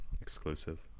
exclusive